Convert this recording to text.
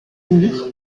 mur